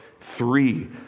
three